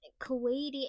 Kuwaiti